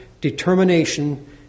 determination